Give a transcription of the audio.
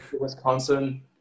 Wisconsin